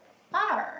R